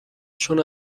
چون